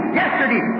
yesterday